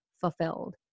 fulfilled